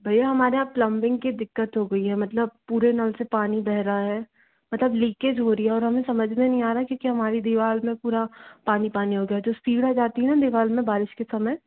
भैया हमारे यहाँ प्लम्बिंग की दिक्कत हो गयी है मतलब पूरे नल से पानी बह रहा है मतलब लीकेज हो रही है और हमे समझ मैं नहीं आ रहा है की हमारे दीवार में पूरा पानी पानी हो गया है जो आ जाती है ना दीवार में बारिश के समय